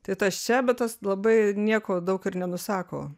tai tas čia bet tas labai nieko daug ir nenusako